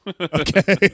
Okay